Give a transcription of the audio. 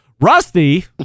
Rusty